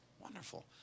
Wonderful